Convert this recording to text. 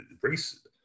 race